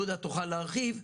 לודה תוכל להרחיב,